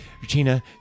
Regina